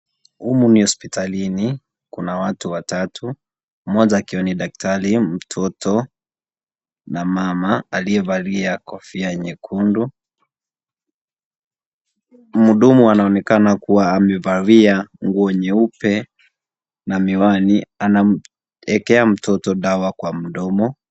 Humu ni hospitalini kuna watu watatu mmoja akiwa ni daktari, mtoto na mama aliyevalia kofia nyekundu. Muhudumu anaonekana kuwa amevalia nguo nyeupe na miwani anamuwekea mtoto dawa kwa mdomo.